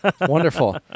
Wonderful